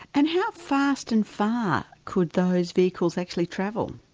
and how fast and far could those vehicles actually travel?